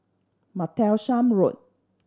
Martlesham Road